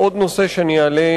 עוד נושא שאני אעלה,